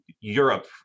Europe